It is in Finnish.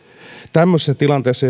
tämmöisessä tilanteessa